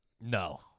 No